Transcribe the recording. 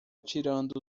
tirando